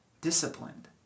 disciplined